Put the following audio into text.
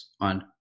on